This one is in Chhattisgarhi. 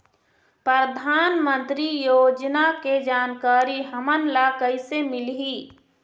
परधानमंतरी योजना के जानकारी हमन ल कइसे मिलही?